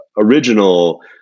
original